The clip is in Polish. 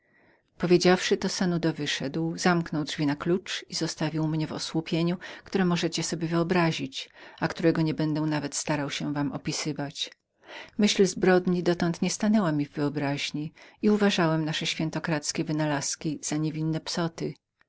życie to powiedziawszy sanudo wyszedł zamknął drzwi na klucz i zostawił mnie w osłupieniu które możecie sobie wyobrazić a którego nie będę nawet starał się wam opisywać myśl zbrodni dotąd nie przedstawiła się przed naszemi umysłami i uważaliśmy nasze świętokradzkie wynalazki za niewinne psoty